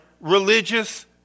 religious